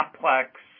complex